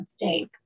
mistake